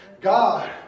god